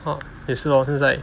!huh! 也是 lor 现在